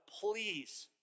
please